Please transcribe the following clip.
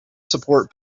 support